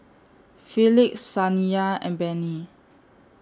Felix Saniya and Benny